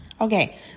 Okay